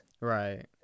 right